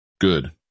Good